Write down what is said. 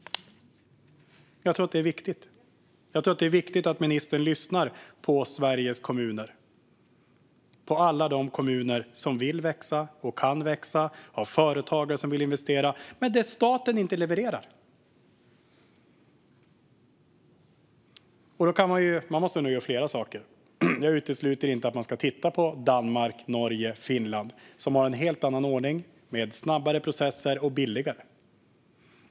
Jag tror att det är viktigt att ministern lyssnar på Sveriges kommuner, på alla de kommuner som vill växa och kan växa, som har företagare som vill investera, men där staten inte levererar. Man måste nog göra flera saker. Jag utesluter inte att man ska titta på Danmark, Norge och Finland, som har en helt annan ordning med snabbare och billigare processer.